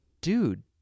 dude